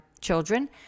children